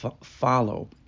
follow